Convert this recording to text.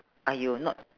!aiyo! not